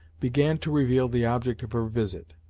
began to reveal the object of her visit.